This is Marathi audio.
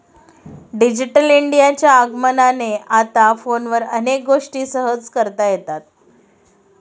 डिजिटल इंडियाच्या आगमनाने आता फोनवर अनेक गोष्टी सहज करता येतात